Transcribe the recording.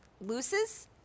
loses